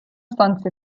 сонці